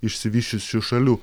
išsivysčiusių šalių